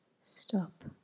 stop